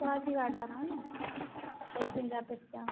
तो आती बार डाला ना